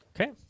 Okay